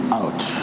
out